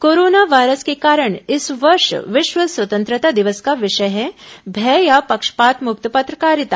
corona virus के कारण इस वर्ष विश्व स्वतंत्रता दिवस का विषय है भय या पक्षपात मुक्त पत्रकारिता